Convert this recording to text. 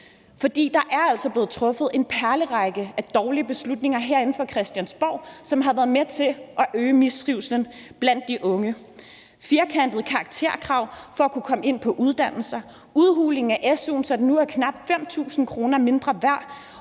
Der er altså blevet truffet en perlerække af dårlige beslutninger herinde fra Christiansborgs side af, som har været med til at øge mistrivslen blandt de unge. Det handler om firkantede karakterkrav for at kunne komme ind på uddannelser, udhuling af su'en, så den nu er knap 5.000 kr. mindre værd,